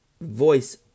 voice